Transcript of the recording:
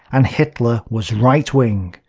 and hitler was right-wing,